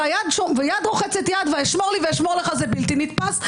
יד רוחצת יד ושמור לי ואשמור לך זה בלתי נתפס.